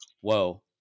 whoa